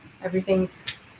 everything's